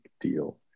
deal